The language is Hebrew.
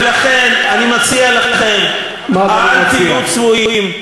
ולכן אני מציע לכם, אל תהיו צבועים.